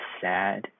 sad